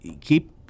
keep